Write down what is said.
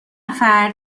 نفر